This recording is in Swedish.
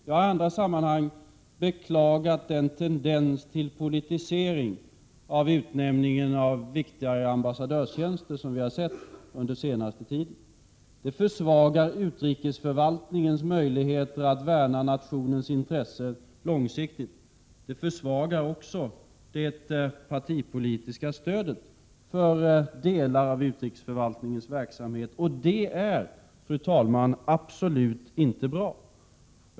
Jag har i andra sammanhang beklagat den tendens till politisering av utnämningar till viktiga amassadörstjänster som vi har sett under den senaste tiden. De försvagar utrikesförvaltningens möjligheter att värna nationens intressen långsiktigt. De försvagar också det partipolitiska stödet för delar av utrikesförvaltningens verksamhet. Det är, fru talman, absolut inte bra.